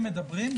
שההורים אומרים,